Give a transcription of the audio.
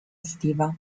estiva